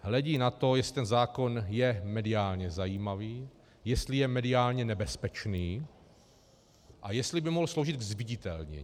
Hledí na to, jestli ten zákon je mediálně zajímavý, jestli je mediálně nebezpečný a jestli by mohl sloužit ke zviditelnění.